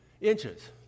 inches